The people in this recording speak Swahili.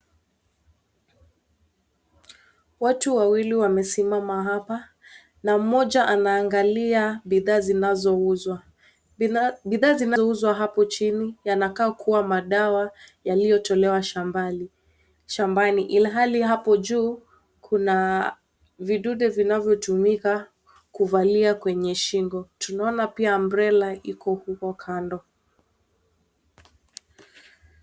Watu wawili wamesimama hapa na mmoja anaangalia bidhaa zinazouzwa. Bidhaa zinazouzwa hapo chini yanakaa kuwa madawa yaliyotolewa shambani ilhali hapo juu vidude vinavyotumika kuvalia kwenye shingo. Tunaona pia umbrella iko huko kando.